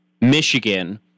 Michigan